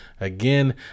again